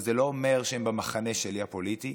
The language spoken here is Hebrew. וזה לא אומר שהם במחנה שלי הפוליטי,